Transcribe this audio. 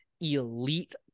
elite